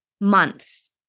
months